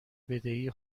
بدهی